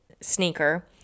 sneaker